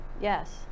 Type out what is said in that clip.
Yes